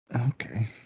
Okay